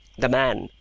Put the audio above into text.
the man,